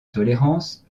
tolérance